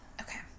Okay